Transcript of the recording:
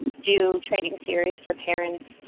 do training series for parents.